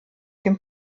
dem